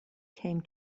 came